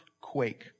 quake